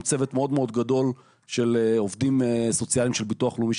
צוות מאוד גדול של עובדים סוציאליים של הביטוח הלאומי,